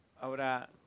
Ahora